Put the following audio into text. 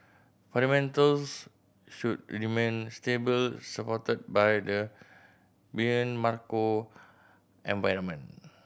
fundamentals should remain stable supported by the benign macro environment